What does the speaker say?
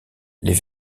les